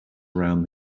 around